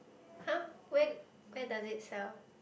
!huh1 where where does it sell